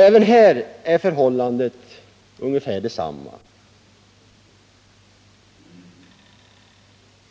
Även här är förhållandet ungefär detsamma.